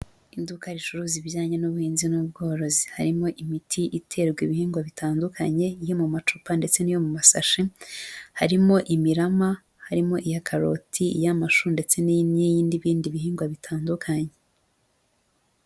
Iduka ricuruza ibijyanye n'ubuhinzi n'ubworozi, harimo imiti iterwa ibihingwa bitandukanye iyo mu macupa ndetse n'iyo mu masashi, harimo imirama, harimo iya karoti, iy'amashu ndetse n'iyi imyi n'iy'ibindi bihingwa bitandukanye.